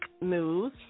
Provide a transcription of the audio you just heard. news